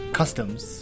customs